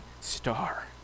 star